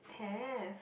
have